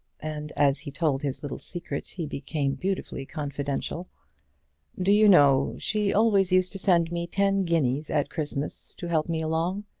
and as he told his little secret he became beautifully confidential do you know, she always used to send me ten guineas at christmas to help me along.